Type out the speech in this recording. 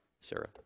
Sarah